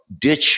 ditch